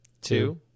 two